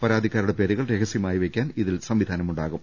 പരാതിക്കാരുടെ പേരുകൾ രഹസ്യ മായി വെയ്ക്കാൻ ഇതിൽ സംവിധാനമുണ്ടാകും